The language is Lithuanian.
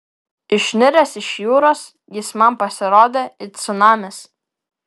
išniręs iš jūros jis man pasirodė it cunamis